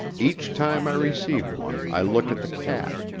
each time i received one i looked at the cat,